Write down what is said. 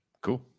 Cool